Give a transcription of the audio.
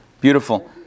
Beautiful